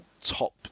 top